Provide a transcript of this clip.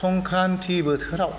संख्रान्थि बोथोराव